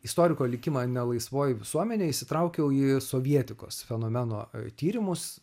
istoriko likimą nelaisvoj visuomenėj įsitraukiau į sovietikos fenomeno tyrimus